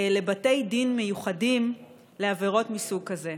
לבתי דין מיוחדים לעבירות מסוג כזה.